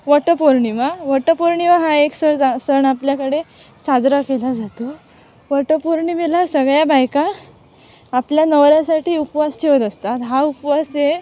वटपौर्णिमा वटपौर्णिमा हा एक सजा सण आपल्याकडे साजरा केला जातो वटपौर्णिमेला सगळ्या बायका आपल्या नवऱ्यासाठी उपवास ठेवत असतात हा उपवास ते